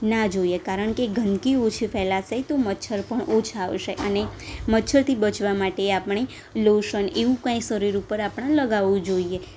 ના જોઈએ કારણકે ગંદકી ઓછી ફેલાશે તો મચ્છર પણ ઓછા આવશે અને મચ્છરથી બચવા માટે આપણે લોશન એવું કાંઇ શરીર ઉપર આપણે લગાવવું જોઈએ